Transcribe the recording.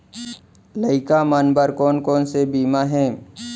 लइका मन बर कोन कोन से बीमा हे?